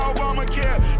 Obamacare